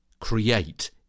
create